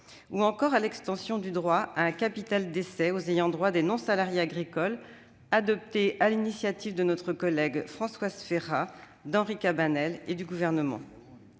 ou encore l'extension du droit à un capital-décès aux ayants droit des non-salariés agricoles, adoptée sur l'initiative conjointe de Françoise Férat, d'Henri Cabanel et du Gouvernement.